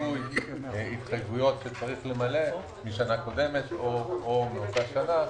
בניכוי התחייבויות שצריך למלא משנה קודמת או מאותה שנה,